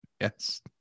Yes